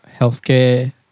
healthcare